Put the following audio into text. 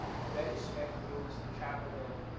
and betty smith moves to chapel hill,